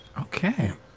Okay